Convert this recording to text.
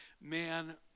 man